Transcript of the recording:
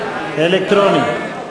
אלקטרונית.